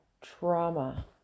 trauma